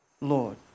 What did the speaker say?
Lord